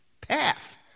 path